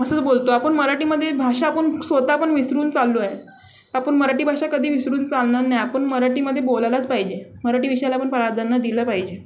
असंच बोलतो आपण मराठीमध्ये भाषा आपण स्वत पण विसरून चाललो आहे आपण मराठी भाषा कधी विसरून चालणार नाही आपण मराठीमध्ये बोलायलाच पाहिजे मराठी विषयाला पण प्राधान्य दिलं पाहिजे